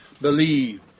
believe